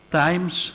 times